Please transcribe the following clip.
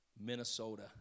Minnesota